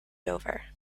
dover